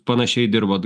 panašiai dirbot